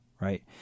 right